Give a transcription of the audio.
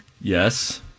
Yes